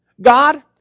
God